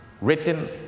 written